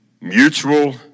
Mutual